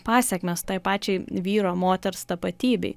pasekmės tai pačiai vyro moters tapatybei